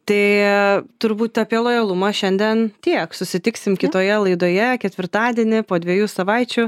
tai turbūt apie lojalumą šiandien tiek susitiksim kitoje laidoje ketvirtadienį po dviejų savaičių